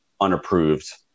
unapproved